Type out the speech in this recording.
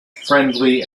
friendly